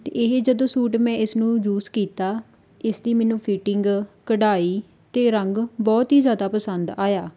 ਅਤੇ ਇਹ ਜਦੋਂ ਸੂਟ ਮੈਂ ਇਸਨੂੰ ਯੂਜ ਕੀਤਾ ਇਸ ਦੀ ਮੈਨੂੰ ਫਿਟਿੰਗ ਕਢਾਈ ਅਤੇ ਰੰਗ ਬਹੁਤ ਹੀ ਜ਼ਿਆਦਾ ਪਸੰਦ ਆਇਆ